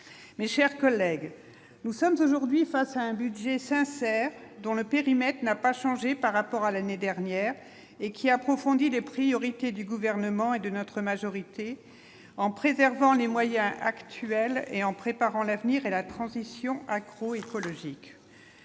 mes chers collègues, nous sommes aujourd'hui face à un budget sincère dont le périmètre n'a pas changé par rapport à l'année dernière et qui approfondit des priorités du gouvernement et de notre majorité en préservant les moyens actuels et en préparant l'avenir et la transition agro-écologique